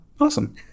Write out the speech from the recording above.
Awesome